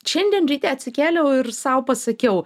šiandien ryte atsikėliau ir sau pasakiau